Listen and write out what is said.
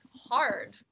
hard